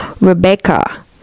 rebecca